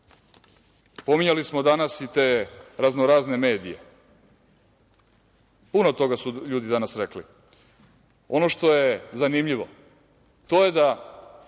hobotnice. Pominjali smo danas i te raznorazne medije. Puno toga su ljudi danas rekli. Ono što je zanimljivo, to je da